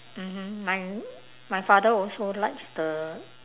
mmhmm my my father also likes the